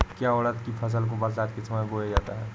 क्या उड़द की फसल को बरसात के समय बोया जाता है?